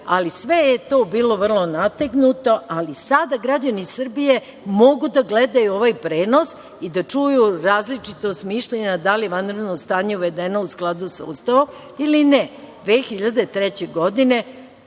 ali sve je to bilo vrlo nategnuto, ali sada građani Srbije mogu da gledaju ovaj prenos i da čuju različitost mišljenja, da li je vanredno stanje uvedeno u skladu sa Ustavom ili ne. Godine